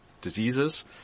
diseases